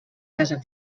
casa